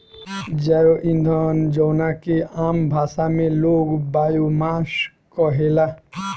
जैव ईंधन जवना के आम भाषा में लोग बायोमास कहेला